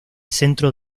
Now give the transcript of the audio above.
centro